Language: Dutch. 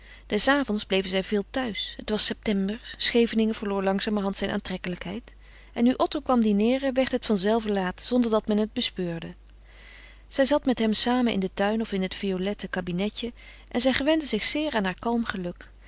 des avonds bleven zij veel thuis het was september scheveningen verloor langzamerhand zijn aantrekkelijkheid en nu otto kwam dineeren werd het vanzelve laat zonder dat men het bespeurde zij zat met hem samen in den tuin of in het violette kabinetje en zij gewende zich zeer aan haar kalm geluk